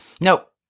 Nope